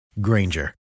Granger